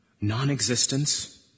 non-existence